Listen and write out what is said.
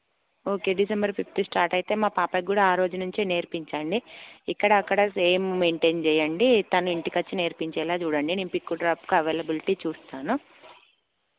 okay December fifth start అయితే మా పాపక్కూడా ఆ రోజు నుంచే నేర్పించండి ఇక్కడా అక్కడ సేమ్ మెయింటైన్ చేయండి తను ఇంటికచ్చి నేర్పించేలా చూడండి నేను పిక్ డ్రాప్కు అవైలబిలిటీ చూస్తాను